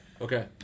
Okay